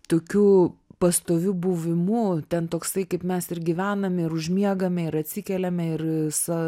tokiu pastoviu buvimu ten toksai kaip mes ir gyvename ir užmiegame ir atsikeliame ir sa